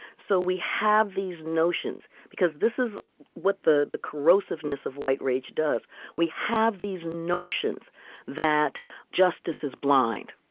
so we have these notions because this is what the the corrosiveness of white rage does we have these notions that justice is blind,